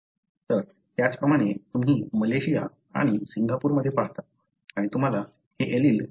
तर त्याचप्रमाणे तुम्ही मलेशिया आणि सिंगापूरमध्ये पाहता आणि तुम्हाला हे एलील कसे दिसते